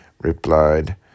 replied